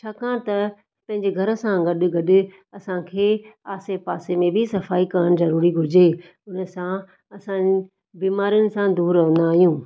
छाकाणि त पंहिंजे घरु सां गॾु गॾु असां खे आसि पासि में बि सफ़ाई करणु ज़रूरी घुरिजे हुन सां असां बीमारियूं सां दूर रहंदा आहियूं